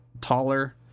taller